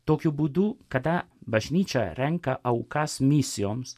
tokiu būdu kada bažnyčia renka aukas misijoms